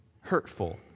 hurtful